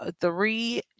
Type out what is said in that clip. three